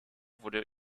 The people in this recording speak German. wurde